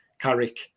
Carrick